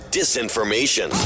disinformation